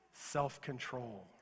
Self-control